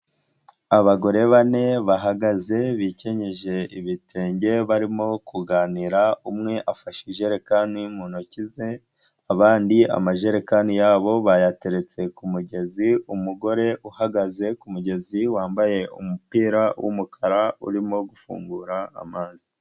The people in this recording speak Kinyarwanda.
Abagore bane bahagaze bikenyeje ibitenge barimo kuganira, umwe afashe ijekani mu ntoki ze abandi amajerekani yabo bayateretse ku mugezi, umugore uhagaze ku mugezi wambaye umupira w'umukara urimo gufungura amazi.